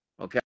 okay